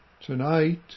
Tonight